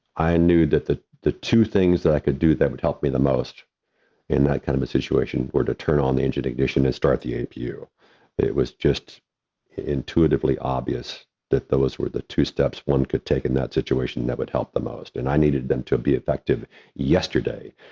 i knew that the the two things that i could do that would help me the most in that kind of situation were to turn on the engine ignition and start the apu. it was just intuitively obvious that those were the two steps one could take in that situation that would help the most and i needed them to be effective yesterday,